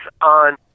on